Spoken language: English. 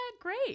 Great